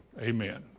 Amen